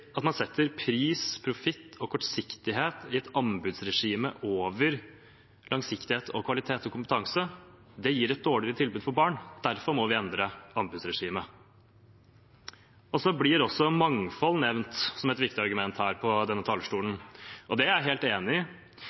man setter pris, profitt og kortsiktighet i et anbudsregime over langsiktighet, kvalitet og kompetanse, gir et dårligere tilbud for barn. Derfor må vi endre anbudsregimet. Så blir mangfold nevnt som et viktig argument fra denne talerstolen, og det er jeg helt enig i.